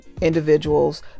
individuals